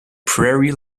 prairie